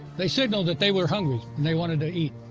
they signaled that they were hungry and they wanted to eat.